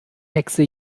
hexe